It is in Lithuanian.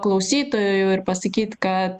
klausytoju ir pasakyt kad